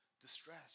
distress